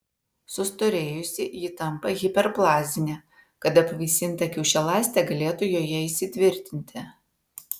sustorėjusi ji tampa hiperplazinė kad apvaisinta kiaušialąstė galėtų joje įsitvirtinti